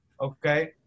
okay